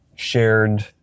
shared